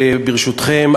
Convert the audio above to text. ברשותכם,